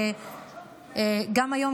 וגם היום,